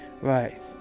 right